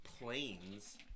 planes